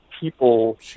people